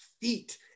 feet